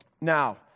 Now